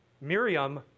Miriam